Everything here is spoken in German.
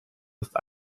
ist